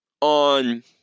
on